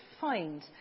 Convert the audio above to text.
find